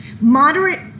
Moderate